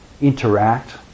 interact